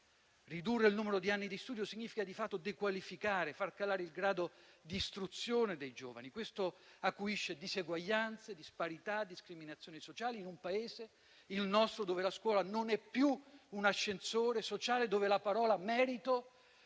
Ridurre il numero di anni di studio significa di fatto dequalificare, far calare il grado d'istruzione dei giovani. Questo acuisce diseguaglianze, disparità e discriminazioni sociali in un Paese - il nostro - in cui la scuola non è più un ascensore sociale e la parola merito,